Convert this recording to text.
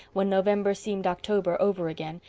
when november seemed october over again,